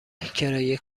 کرایه